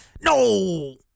no